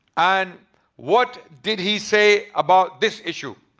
and what did he say about this issue.